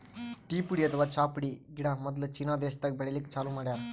tea ಪುಡಿ ಅಥವಾ ಚಾ ಪುಡಿ ಗಿಡ ಮೊದ್ಲ ಚೀನಾ ದೇಶಾದಾಗ್ ಬೆಳಿಲಿಕ್ಕ್ ಚಾಲೂ ಮಾಡ್ಯಾರ್